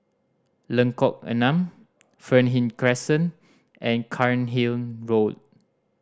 Lengkok Enam Fernhill Crescent and Cairnhill Road